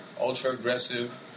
ultra-aggressive